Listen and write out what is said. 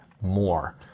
more